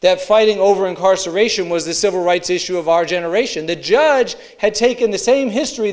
that fighting over incarceration was the civil rights issue of our generation the judge had taken the same history